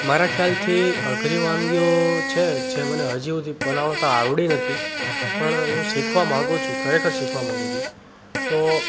મારા ખ્યાલથી અઘરી વાનગીઓ છે છે મને હજી સુધી બનાવતા આવડી નથી પણ હું શીખવા માગું છું ખરેખર શીખવા માગું છું તો